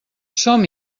som